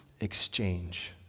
exchange